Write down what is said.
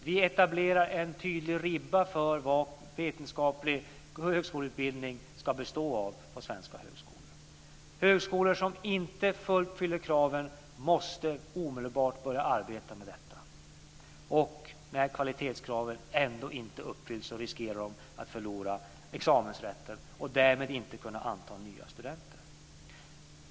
Vi etablerar en tydlig ribba för vad vetenskaplig högskoleutbildning ska bestå av på svenska högskolor. Högskolor som inte uppfyller kraven måste omedelbart börja arbeta med detta. Och när kvalitetskraven ändå inte uppfylls så riskerar de att förlora examensrätten och därmed inte kunna anta nya studenter.